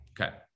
Okay